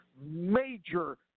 major